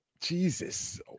Jesus